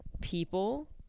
people